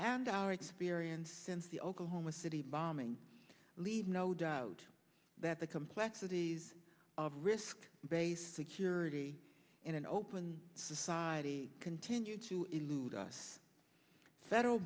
and our experience since the oklahoma city bombing leave no doubt that the complexities of risk based security in an open society continue to elude us federal